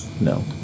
no